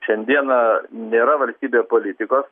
šiandieną nėra valstybėje politikos